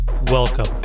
Welcome